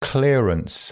Clearance